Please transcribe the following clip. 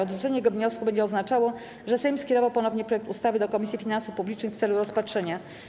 Odrzucenie tego wniosku będzie oznaczało, że Sejm skierował ponownie projekt ustawy do Komisji Finansów Publicznych w celu rozpatrzenia.